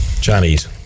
Chinese